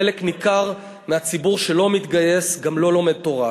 חלק ניכר מהציבור שלא מתגייס גם לא לומד תורה.